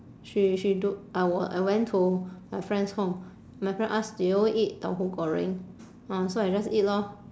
she she do I will I went to my friend's home my friend ask do you eat tauhu goreng uh so I just eat lor